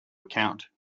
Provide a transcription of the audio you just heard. account